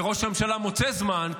וראש הממשלה מוצא זמן,